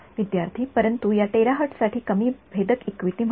विद्यार्थीः परंतु या टेरहर्ट्झ साठी कमी भेदक इक्विटी म्हणून